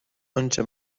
انچه